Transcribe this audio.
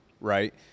right